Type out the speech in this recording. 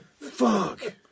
Fuck